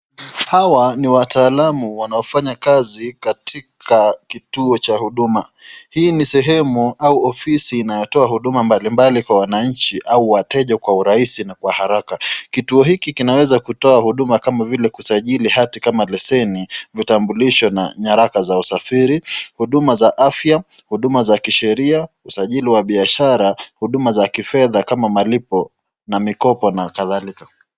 Hawa ni wataalamu wanaofanya kazi katika kituo cha huduma. Hii ni sehemu au ofisi inayotoa huduma mbalimbali kwa wananchi au wateja kwa urahisi na kwa haraka kituo hiki kinaweza kutoa huduma kama vile kusajili hati kama leseni kitambulisho na nyaraka usafiri, huduma za afya, huduma za kisheria, usajili wa biashara, huduma za kifedha kama malipo na mikopo na kadhalika.